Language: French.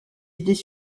idées